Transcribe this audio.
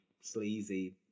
sleazy